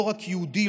לא רק יהודי,